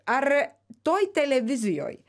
ar toj televizijoj